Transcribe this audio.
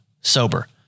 sober